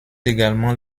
également